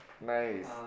Nice